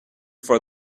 for